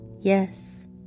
yes